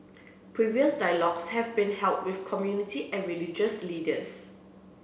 previous dialogues have been held with community and religious leaders